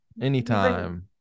anytime